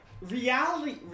reality